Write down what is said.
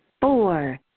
four